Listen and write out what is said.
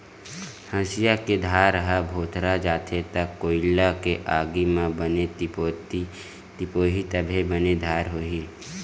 हँसिया के धार ह भोथरा जाथे त कोइला के आगी म बने तिपोही तभे बने धार होही